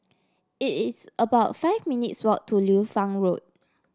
it is about five minutes' walk to Liu Fang Road